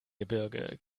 gebirge